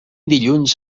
dilluns